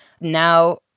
now